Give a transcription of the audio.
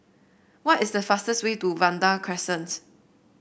what is the fastest way to Vanda Crescent